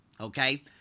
okay